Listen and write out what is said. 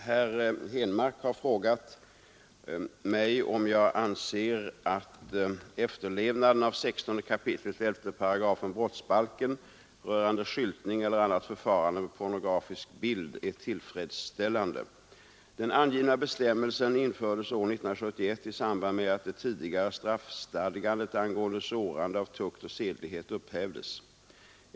Herr talman! Herr Henmark har frågat mig om jag anser att efterlevnaden av 16 kap. 11 § brottsbalken rörande skyltning eller annat förfarande med pornografisk bild är tillfredsställande. Den angivna bestämmelsen infördes år 1971 i samband med att det tidigare straffstadgandet angående sårande av tukt och sedlighet upphävdes.